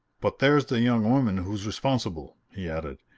but there's the young woman who's responsible! he added,